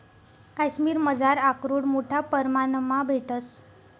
काश्मिरमझार आकरोड मोठा परमाणमा भेटंस